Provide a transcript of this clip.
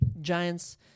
Giants